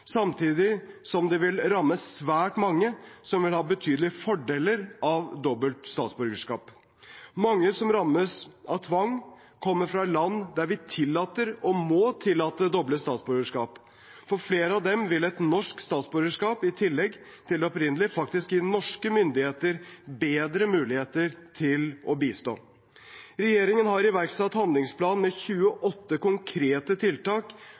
samtidig som det vil ramme svært mange som vil ha betydelige fordeler av dobbelt statsborgerskap. Mange som rammes av tvang, kommer fra land der vi tillater, og må tillate, dobbelt statsborgerskap. For flere av dem vil et norsk statsborgerskap i tillegg til det opprinnelige faktisk gi norske myndigheter bedre muligheter til å bistå. Regjeringen har iverksatt en handlingsplan med 28 konkrete tiltak